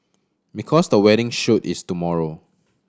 because the wedding shoot is tomorrow